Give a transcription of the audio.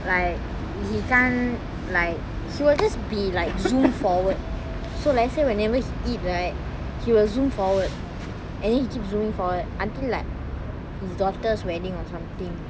like he can't like he will just be like zoom forward so let's say whenever he eat right he will zoom forward and then he keep zooming forward until like his daughter's wedding or something